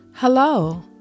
Hello